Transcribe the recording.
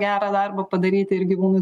gerą darbą padaryti ir gyvūnui